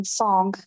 song